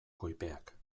koipeak